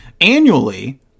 annually